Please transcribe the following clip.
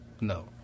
No